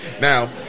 Now